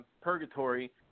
purgatory